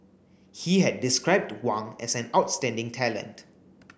he had described Wang as an outstanding talent